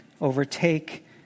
overtake